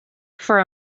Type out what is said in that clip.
for